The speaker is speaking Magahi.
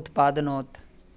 उत्पादनोत